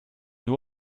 nur